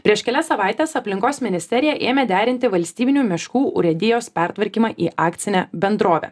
prieš kelias savaites aplinkos ministerija ėmė derinti valstybinių miškų urėdijos pertvarkymą į akcinę bendrovę